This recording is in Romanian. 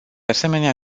asemenea